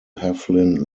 heflin